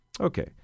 Okay